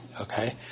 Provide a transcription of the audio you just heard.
okay